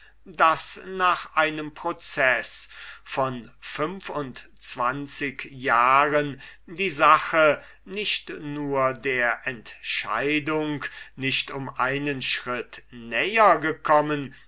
daß nach einem proceß von fünf und zwanzig jahren die sache nicht nur der entscheidung nicht um einen schritt näher gekommen